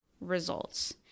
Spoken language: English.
results